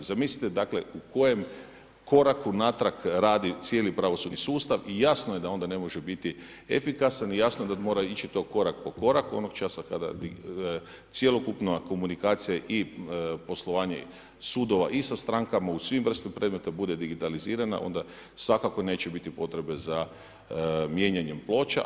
Zamislite dakle u kojem koraku natrag radi cijeli pravosudni sustav i jasno je da onda ne može biti efikasan i jasno je da mora to ići korak po korak onoga časa kada cjelokupna komunikacija i poslovanje sudova i sa strankama u svim vrstama predmeta bude digitalizirana onda svakako neće biti potrebe za mijenjanjem ploča.